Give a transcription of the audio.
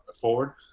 forward